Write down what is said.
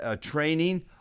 training